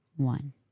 one